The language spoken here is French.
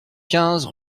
quinze